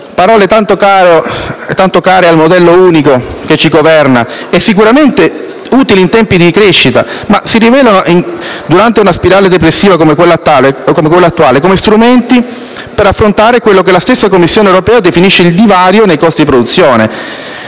parole tanto care al «modello unico» che ci governa e sicuramente utili in tempi di crescita, mentre si rivelano impotenti durante una spirale depressiva, come quella attuale, come strumenti per affrontare quello che la stessa Commissione europea definisce il divario nei costi di produzione